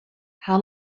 how